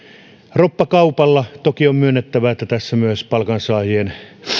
roppakaupalla toki on myönnettävä että tässä myös palkansaajien